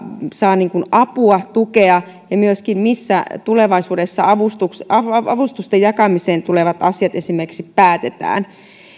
saa apua tukea asioissa ja myöskin siitä missä tulevaisuudessa esimerkiksi avustusten jakamiseen tulevat asiat päätetään